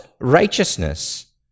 righteousness